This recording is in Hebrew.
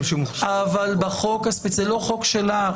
--- אבל החוק הספציפי הזה הוא לא חוק שלה,